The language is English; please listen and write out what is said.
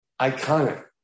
iconic